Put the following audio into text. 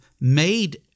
made